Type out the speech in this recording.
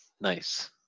Nice